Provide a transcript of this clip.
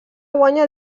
guanya